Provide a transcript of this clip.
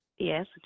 Yes